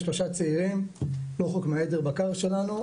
שלושה צעירים לא רחוק מהעדר בקר שלנו.